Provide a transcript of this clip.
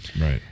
Right